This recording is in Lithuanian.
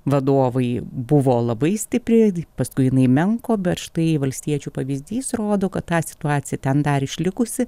vadovai buvo labai stipri paskui jinai menko bet štai valstiečių pavyzdys rodo kad ta situacija ten dar išlikusi